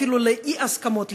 אפילו לאי-הסכמות,